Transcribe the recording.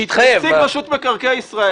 נציג רשות מקרקעי ישראל.